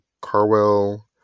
Carwell